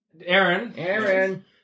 Aaron